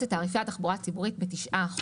את תעריפי התחבורה הציבורית ב-9%,